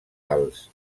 alts